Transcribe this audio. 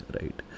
right